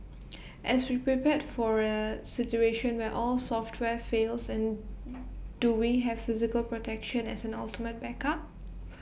as we prepared for A situation where all software fails and do we have physical protection as an ultimate backup